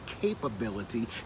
capability